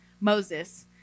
Moses